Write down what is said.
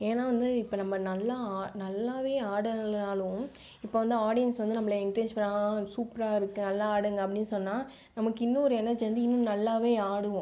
ஏன்னா வந்து இப்போ நம்ம நல்லா ஆ நல்லாவே ஆடலைனாலும் இப்போ வந்து ஆடியன்ஸ் வந்து நம்மள என்க்ரேஜ் பண்ணால் ஆ ஆ சூப்பராக இருக்குது நல்லா ஆடுங்கள் அப்படினு சொன்னால் நமக்கு இன்னும் ஒரு எனர்ஜி வந்து இன்னும் நல்லாவே ஆடுவோம்